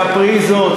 קפריזות,